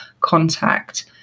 contact